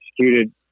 executed